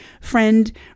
friend